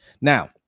Now